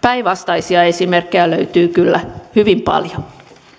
päinvastaisia esimerkkejä löytyy kyllä hyvin paljon